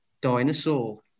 Dinosaur